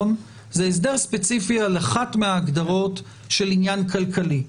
זה הסדר ספציפי על אחת מההגדרות של עניין כלכלי.